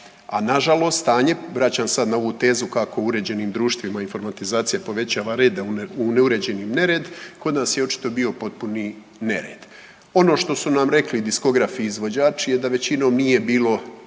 A na žalost stanje, vraćam sad na ovu tezu kako u uređenim društvima informatizacija povećava reda u neuređeni nered. Kod nas je očito bio potpuni nered. Ono štos u nam rekli diskografi i izvođači je da većinom nije bilo